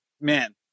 man